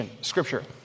Scripture